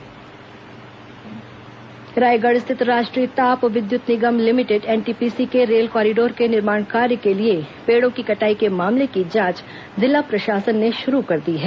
NTPC कार्रवाई रायगढ़ स्थित राष्ट्रीय ताप विद्युत निगम लिमिटेड एनटीपीसी के रेल कॉरीडोर के निर्माण कार्य के लिए पेड़ों की कटाई के मामले की जांच जिला प्रशासन ने शुरू कर दी है